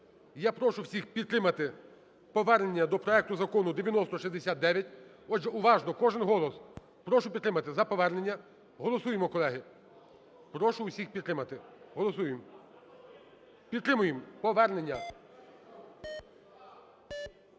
Я прошу всіх підтримати повернення до проекту Закону 9069. Отже, уважно, кожен голос. Прошу підтримати за повернення. Голосуємо, колеги. Прошу всіх підтримати. Голосуємо. Підтримаємо повернення.